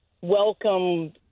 welcome